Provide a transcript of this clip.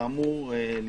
כאמור למחוק.